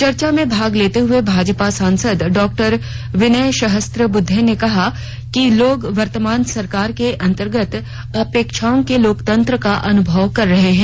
चर्चा में भाग लेते हए भाजपा सांसद डॉ विनय सहस्रबुद्दे ने कहा कि लोग वर्तमान सरकार के अंतर्गत अपेक्षाओं के लोकतंत्र का अनुभव कर रहे हैं